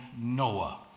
Noah